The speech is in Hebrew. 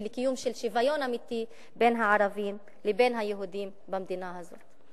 ולקיום של שוויון אמיתי בין הערבים לבין היהודים במדינה הזאת.